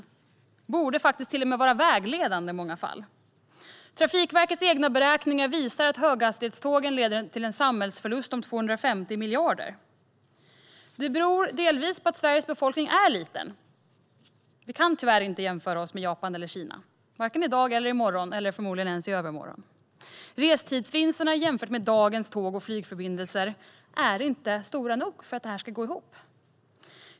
De borde till och med vara vägledande i många fall. Trafikverkets egna beräkningar visar att höghastighetstågen leder till en samhällsförlust på 250 miljarder. Det beror delvis på att Sveriges befolkning är liten - vi kan tyvärr inte jämföra oss med Japan eller Kina, varken i dag eller i morgon eller förmodligen ens i övermorgon. Restidsvinsterna jämfört med dagens tåg och flygförbindelser är inte stora nog för att detta ska gå ihop.